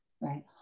right